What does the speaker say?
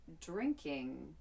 drinking